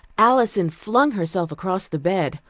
alison flung herself across the bed,